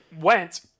went